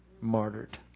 martyred